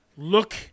Look